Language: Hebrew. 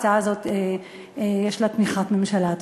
ההצעה הזאת, יש לה תמיכת ממשלה.